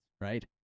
right